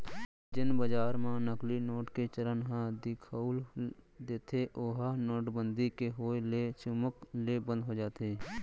जेन बजार म नकली नोट के चलन ह दिखउल देथे ओहा नोटबंदी के होय ले चुमुक ले बंद हो जाथे